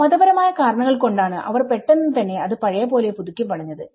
മതപരമായ കാരണങ്ങൾ കൊണ്ടാണ് അവർ പെട്ടെന്ന് തന്നെ അത് പഴയത് പോലെ പുതുക്കിപണിഞ്ഞത്